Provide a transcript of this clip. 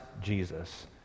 Jesus